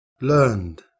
learned